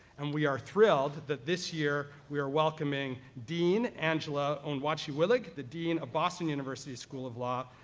and we are thrilled that this year, we are welcoming dean angela onwuachi-willig, the dean of boston university school of law,